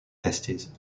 testes